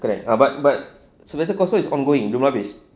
correct ah but but better call saul is ongoing dia belum habis